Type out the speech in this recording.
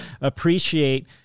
appreciate